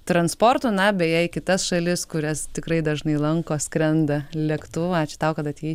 transportu na beje į kitas šalis kurias tikrai dažnai lanko skrenda lėktuvu ačiū tau kad atėjai